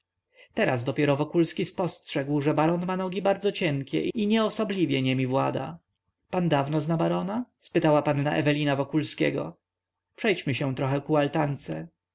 teraz dopiero wokulski spostrzegł że baron ma nogi bardzo cienkie i nieosobliwie niemi włada pan dawno zna barona spytała panna ewelina wokulskiego przejdźmy się trochę ku altance